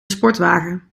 sportwagen